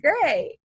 great